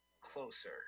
closer